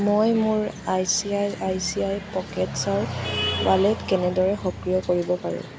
মই মোৰ I C I C I পকেটছৰ ৱালেট কেনেদৰে সক্ৰিয় কৰিব পাৰোঁ